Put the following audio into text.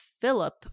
Philip